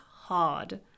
hard